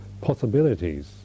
possibilities